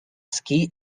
ski